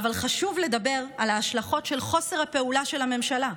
אבל חשוב לדבר על ההשלכות של חוסר הפעולה של הממשלה.